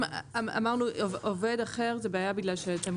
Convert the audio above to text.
אמרנו ש"עובד אחר" זה בעיה בגלל שאתם